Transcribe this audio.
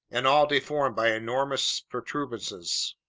and all deformed by enormous protuberances.